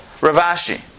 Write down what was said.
Ravashi